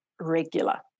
regular